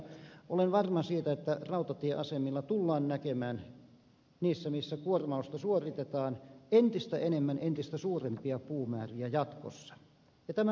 olen varma siitä että rautatieasemilla tullaan näkemään siellä missä kuormausta suoritetaan entistä enemmän entistä suurempia puumääriä jatkossa ja tämä on hyvä